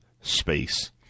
space